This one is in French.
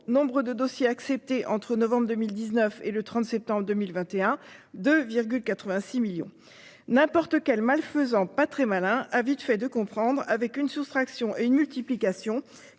Nombre de dossiers acceptés entre novembre 2019 et le 30 septembre 2021 de. 86 millions n'importe quel malfaisant. Pas très malin a vite fait de comprendre avec une soustraction une multiplication